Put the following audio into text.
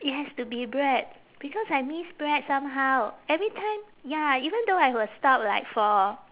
it has to be bread because I miss bread somehow every time ya even though I will stop like for